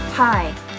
Hi